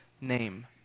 name